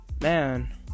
man